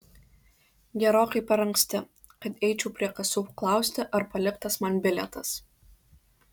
gerokai per anksti kad eičiau prie kasų klausti ar paliktas man bilietas